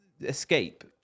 escape